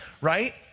Right